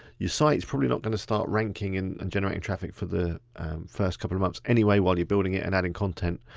your site's probably not gonna start ranking and and generating traffic for the first couple of months anyway while you're building it and adding content.